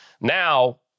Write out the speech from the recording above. Now